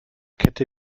kette